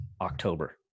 October